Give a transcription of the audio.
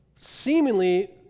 seemingly